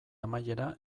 amaiera